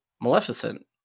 Maleficent